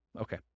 Okay